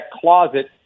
closet